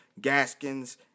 Gaskins